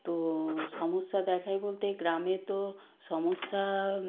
তো সমস্যা দেখায় বলতে গ্রামে তো সমস্যা